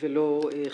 ולא חברה.